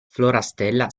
florastella